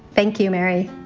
thank you, mary.